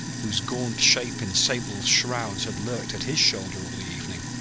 whose gaunt shape in sable shrouds had lurked at his shoulder all the evening,